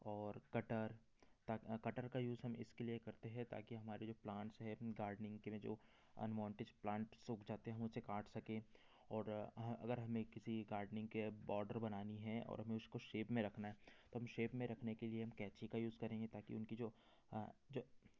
और कटर ताक कटर का यूज़ हम इसके लिए करते हैं ताकि हमारे जो प्लांट्स हैं गार्डनिंग के लिए जो अनवांटेज प्लांट सूख जाते हैं हम उसे काट सकें और हाँ अगर हमें किसी के गार्डनिंग के बोर्डर बनानी है और हमें उसको शेप में रखना है तो हम शेप में रखने के लिए हम कैंची का यूज़ करेंगे ताकि उनकी जो जो